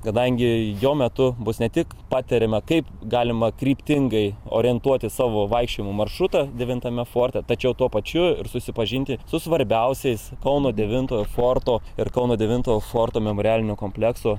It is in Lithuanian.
kadangi jo metu bus ne tik patariama kaip galima kryptingai orientuotis savo vaikščiojimų maršrutą devintame forte tačiau tuo pačiu ir susipažinti su svarbiausiais kauno devintojo forto ir kauno devinto forto memorialinio komplekso